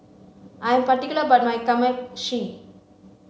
I am particular about my Kamameshi